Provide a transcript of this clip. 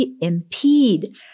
impede